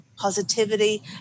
positivity